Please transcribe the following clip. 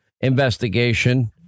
investigation